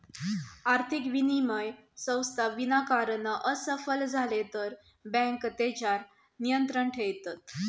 आर्थिक विनिमय संस्था विनाकारण असफल झाले तर बँके तेच्यार नियंत्रण ठेयतत